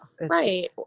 right